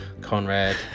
Conrad